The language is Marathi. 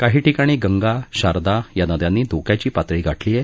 काही ठिकाणी गंगा शारदा या नद्यांनी धोक्याची पातळी गाठली आहे